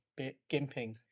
gimping